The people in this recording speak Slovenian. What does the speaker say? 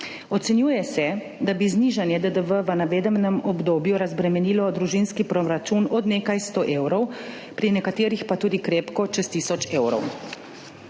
Ocenjuje se, da bi znižanje DDV v navedenem obdobju razbremenilo družinski proračun od nekaj sto evrov, pri nekaterih pa tudi krepko čez tisoč evrov.